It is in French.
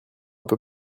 peu